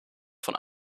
von